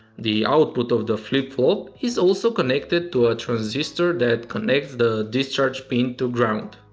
the output of the flip-flop is also connected to a transistor that connects the discharge pin to ground.